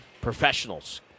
professionals